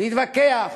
להתווכח.